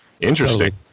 interesting